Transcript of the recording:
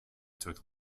took